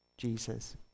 Jesus